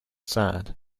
sad